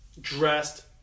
dressed